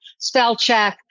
Spellcheck